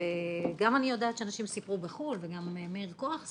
אני יודעת שאנשים סיפרו בחו"ל, גם מאיר קורח סיפר,